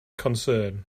concern